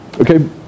Okay